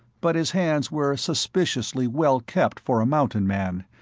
but his hands were suspiciously well-kept for a mountain man,